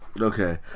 Okay